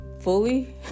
fully